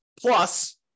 Plus